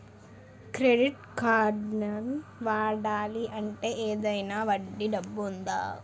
Credit కార్డ్ని వాడాలి అంటే ఏదైనా వడ్డీ డబ్బు ఉంటుందా?